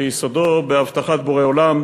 שיסודו בהבטחת בורא עולם,